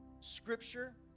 Scripture